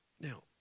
Now